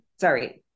sorry –